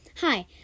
Hi